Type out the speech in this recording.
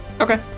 Okay